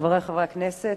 חברי חברי הכנסת,